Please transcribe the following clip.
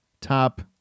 top